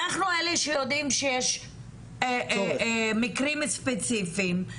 אנחנו אלה שיודעים שיש מקרים ספציפיים,